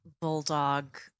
bulldog